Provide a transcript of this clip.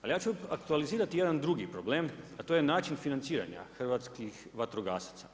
Ali ja ću aktualizirati jedan drugi problem, a to je način financiranja hrvatskih vatrogasaca.